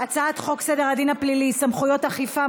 חוק סדר הדין הפלילי (סמכויות אכיפה,